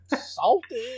Salted